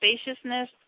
spaciousness